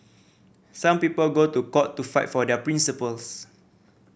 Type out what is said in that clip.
some people go to court to fight for their principles